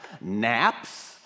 Naps